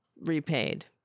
repaid